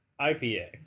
IPA